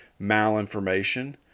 malinformation